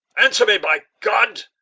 answer me! by god!